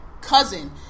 cousin